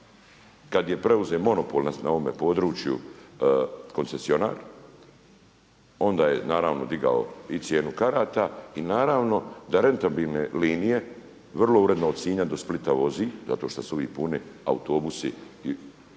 Kada je preuzet monopol na ovome području koncesionar onda je naravno digao i cijenu karata i naravno da rentabilne linije vrlo uredno os Sinja do Splita vozi zato što su ovi puni autobusi, ali